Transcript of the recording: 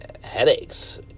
headaches